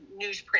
newsprint